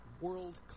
world